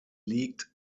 liegt